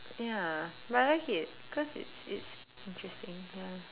ya but I like it cause it's it's interesting ya